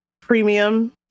premium